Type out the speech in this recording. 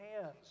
hands